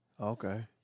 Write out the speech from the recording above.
Okay